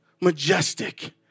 majestic